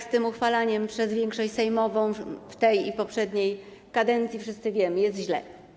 Z tym uchwalaniem przez większość sejmową w tej i w poprzedniej kadencji, wszyscy wiemy, jest źle.